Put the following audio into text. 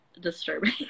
Disturbing